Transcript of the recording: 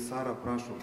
sara prašom